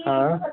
हाँ